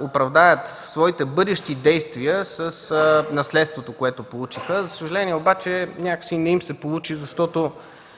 оправдаят своите бъдещи действия с наследството, което получиха. За съжаление, обаче някак си не им се получи, защото